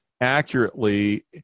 accurately